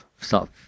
stop